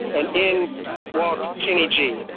and in walked kenny g